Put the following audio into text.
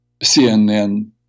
CNN